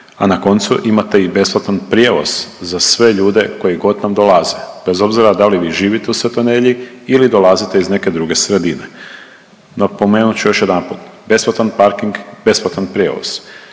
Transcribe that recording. a na koncu, imate i besplatan prijevoz za sve ljude koji god nam dolaze, bez obzira da li vi živite u Svetoj Nedelji ili dolazite iz neke druge sredine. Napomenut ću još jedanput, besplatan parking, besplatan prijevoz,